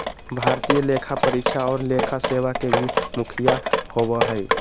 भारतीय लेखा परीक्षा और लेखा सेवा के भी मुखिया होबो हइ